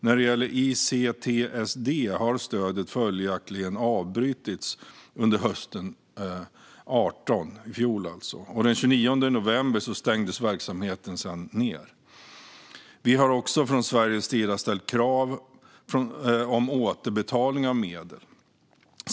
När det gäller ICTSD har stödet följaktligen avbrutits under hösten 2018, alltså i fjol. Den 29 november stängdes verksamheten sedan ned. Vi har också från Sveriges sida ställt krav på återbetalning av medel.